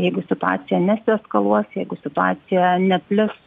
jeigu situacija nesieskaluos jeigu situacija neplis